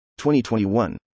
2021